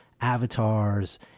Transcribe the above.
avatars